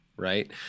Right